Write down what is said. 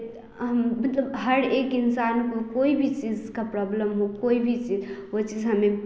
हम मतलब हर एक इंसान को कोई भी चीज़ का प्रॉब्लम हो कोई भी चीज़ वह चीज़ हमें